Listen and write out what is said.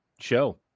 show